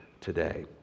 today